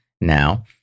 now